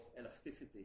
elasticity